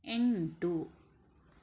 ಎಂಟು